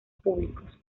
públicos